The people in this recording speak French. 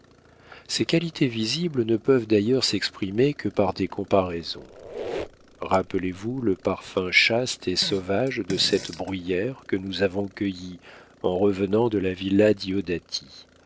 ses qualités visibles ne peuvent d'ailleurs s'exprimer que par des comparaisons rappelez-vous le parfum chaste et sauvage de cette bruyère que nous avons cueillie en revenant de la villa diodati